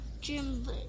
gym